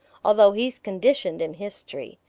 although he's conditioned in history.